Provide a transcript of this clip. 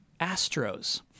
Astros